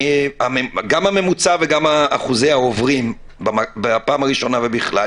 גם הממוצע וגם אחוזי העוברים בפעם הראשונה ובכלל,